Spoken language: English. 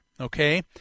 okay